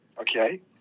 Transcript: Okay